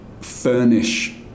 furnish